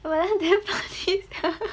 well damn fun